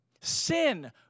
Sin